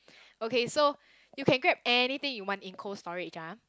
okay so you can grab anything you want in Cold-Storage ah